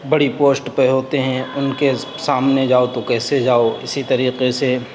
بڑی پوشٹ پہ ہوتے ہیں ان کے سامنے جاؤ تو کیسے جاؤ اسی طریقے سے